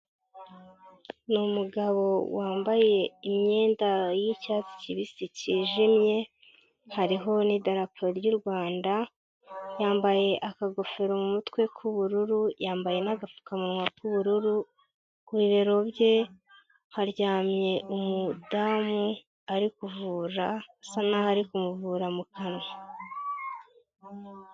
Ni umugabo wambaye imyenda y'icyatsi kibisi, cyijimye, hariho n'idapo ry'u Rwanda, yambaye akagofero mu mutwe k'ubururu, yambaye n'agapfukamunwa k'ubururu, ku bibero bye, haryamye umudamu, ari kuvura, asa n'aho ari kumuvura mu kanwa.